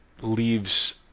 leaves